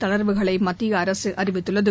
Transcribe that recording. தளர்வுகளை மத்திய அரசு அறிவித்துள்ளது